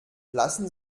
lassen